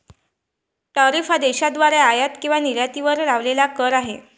tariff हा देशाद्वारे आयात किंवा निर्यातीवर लावलेला कर आहे